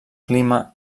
clima